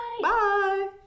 Bye